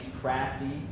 crafty